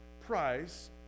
price